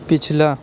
پچھلا